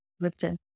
Lipton